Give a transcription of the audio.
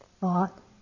thought